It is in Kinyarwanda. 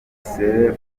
caleb